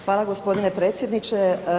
Hvala gospodine predsjedniče.